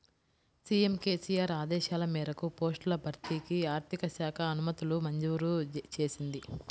CM KCR ఆదేశాల మేరకు పోస్టుల భర్తీకి ఆర్థిక శాఖ అనుమతులు మంజూరు చేసింది